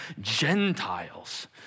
Gentiles